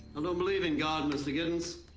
and um believe in god, mr. giddens.